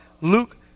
Luke